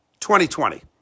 2020